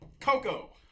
Coco